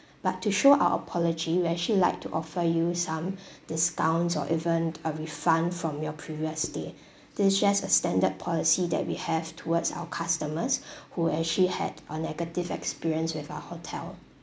but to show our apology we actually like to offer you some discounts or even a refund from your previous stay this is just a standard policy that we have towards our customers who actually had a negative experience with our hotel